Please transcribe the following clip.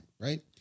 right